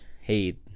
hey